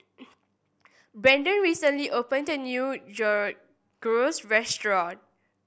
Braeden recently opened a new Gyros Restaurant